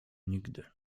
nigdy